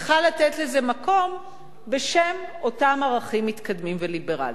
צריכה לתת לזה מקום בשם אותם ערכים מתקדמים וליברליים.